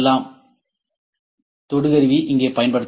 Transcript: எனவே இந்த தொடு கருவி இங்கே பயன்படுத்தப்படும்